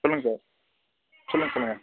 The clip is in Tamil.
சொல்லுங்க சார் சொல்லுங்க சொல்லுங்க